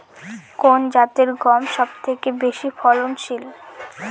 কোন জাতের গম সবথেকে বেশি ফলনশীল?